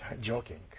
joking